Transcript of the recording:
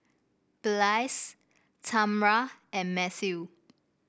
Blaise Tamra and Matthew